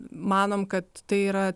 manom kad tai yra